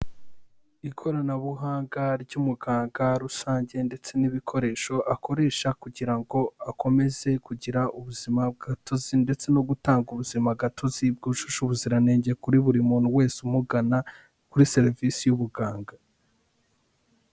Ikoranabuhanga ry'umuganga rusange, ndetse n'ibikoresho akoresha kugira ngo akomeze kugira ubuzima gatozi, ndetse no gutanga ubuzima gatozi, bwujuje ubuziranenge, kuri buri muntu wese umugana, kuri serivisi y'ubuganga.